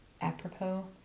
apropos